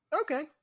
Okay